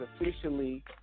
officially